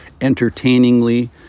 entertainingly